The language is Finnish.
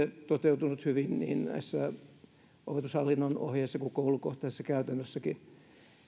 toteutunut hyvin niin näissä opetushallinnon ohjeissa kuin koulukohtaisessa käytännössäkin